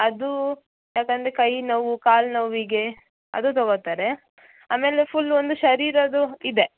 ಅದೂ ಯಾಕೆಂದರೆ ಕೈ ನೋವು ಕಾಲು ನೋವಿಗೆ ಅದು ತಗೊಳ್ತಾರೆ ಆಮೇಲೆ ಫುಲ್ ಒಂದು ಶರೀರದ್ದು ಇದೆ